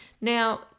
Now